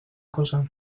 cosa